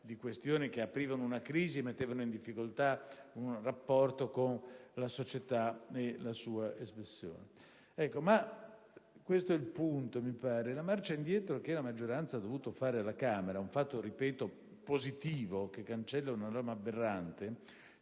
di questioni che aprivano una crisi e mettevano in difficoltà il rapporto con la società e la sua espressione. Ecco, questo è il punto: la marcia indietro che la maggioranza ha dovuto fare alla Camera - lo ribadisco - è un fatto positivo, che cancella una norma aberrante,